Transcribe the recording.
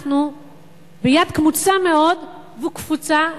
ביד קמוצה מאוד וקפוצה,